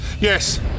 Yes